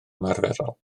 ymarferol